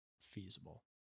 feasible